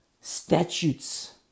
statutes